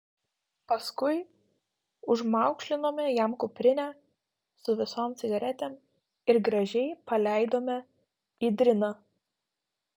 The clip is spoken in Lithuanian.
paskui užmaukšlinome jam kuprinę su visom cigaretėm ir gražiai paleidome į driną